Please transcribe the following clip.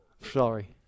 Sorry